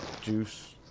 juice